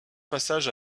passages